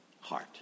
heart